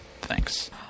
Thanks